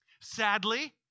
Sadly